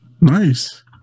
Nice